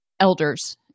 elders